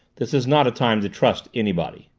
this is not a time to trust anybody.